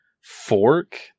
fork